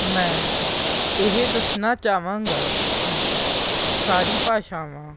ਮੈਂ ਇਹ ਦੱਸਣਾ ਚਾਹਾਂਗਾ ਕਿ ਸਾਰੀ ਭਾਸ਼ਾਵਾਂ